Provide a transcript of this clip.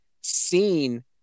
seen